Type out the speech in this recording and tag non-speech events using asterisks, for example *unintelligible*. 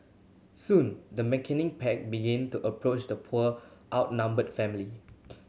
soon the *unintelligible* pack began to approach the poor outnumbered family